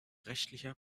rechtlicher